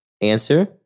answer